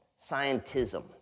scientism